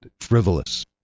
frivolous